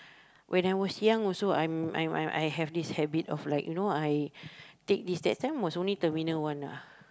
when I was young also I am I am I have this habit of like you know I take this that time was only terminal one lah